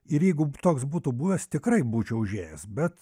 ir jeigu toks būtų buvęs tikrai būčiau užėjęs bet